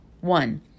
One